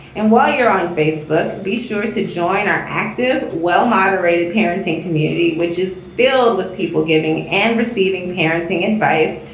and while you're on facebook, be sure to join our active, well moderated parenting community, which is filled with people giving and receiving parenting advice.